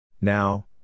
now